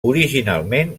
originalment